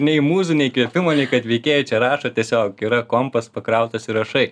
nei mūzų nei įkvėpimo nei kad veikėjai čia rašo tiesiog yra kompasas pakrautas ir rašai